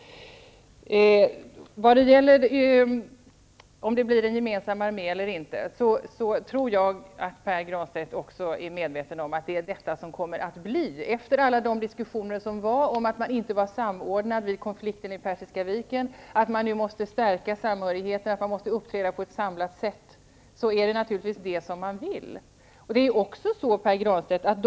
När det gäller frågan huruvida det skall bli en gemensan armé eller inte, tror jag att också Pär Granstedt är medveten om att det kommer att bli en gemensam armé. Efter alla diskussioner som har förts om att det inte var någon samordning under konflikten vid Persiska viken, att samhörigheten nu måste stärkas och att man måste uppträda på ett samlat sätt, vill man naturligtvis ha en gemensam armé.